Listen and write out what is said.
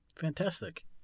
fantastic